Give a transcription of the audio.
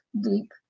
deep